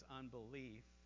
unbelief